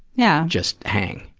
yeah just hang.